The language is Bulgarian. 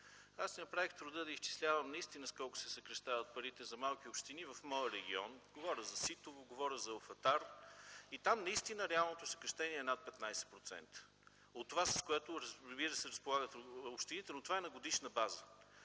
Аз си направих труда да изчислявам наистина с колко се съкращават парите за малките общини в моя регион – говоря за Ситово, говоря за Алфатар. Там наистина реалното съкращение е над 15% от това, с което, разбира се, разполагат общините, но това е на годишна база.